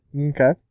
Okay